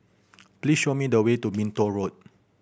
please show me the way to Minto Road